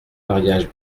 mariage